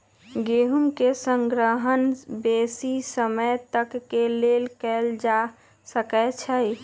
गेहूम के संग्रहण बेशी समय तक के लेल कएल जा सकै छइ